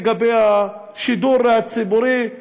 לגבי השידור הציבורי,